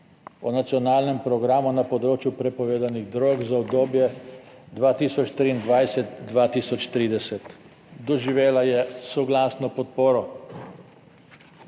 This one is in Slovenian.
o nacionalnem programu na področju prepovedanih drog za obdobje 2023-2030. Doživela je soglasno podporo.